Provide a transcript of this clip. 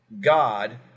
god